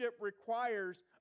requires